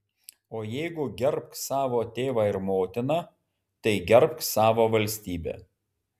o jeigu gerbk savo tėvą ir motiną tai gerbk savo valstybę